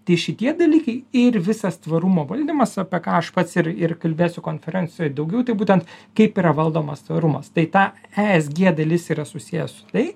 tai šitie dalykai ir visas tvarumo valdymas apie ką aš pats ir ir kalbėsiu konferencijoj daugiau tai būtent kaip yra valdomas tvarumas tai tą esg dalis yra susiję su tai